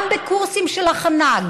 גם בקורסים של הכנה,